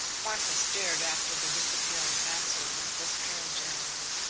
martha stared after the disappearing manservant disparagingly.